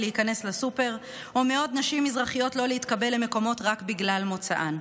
להיכנס לסופר או מעוד נשים מזרחיות להתקבל למקומות רק בגלל מוצאן.